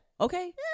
Okay